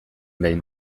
behin